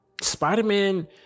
Spider-Man